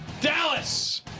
Dallas